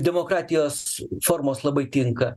demokratijos formos labai tinka